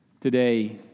today